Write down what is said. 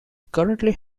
currently